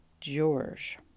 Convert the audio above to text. George